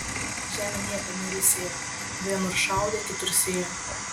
žemė niekad neilsėjo vienur šaudė kitur sėjo